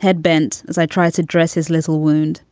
head bent as i tried to dress his little wound.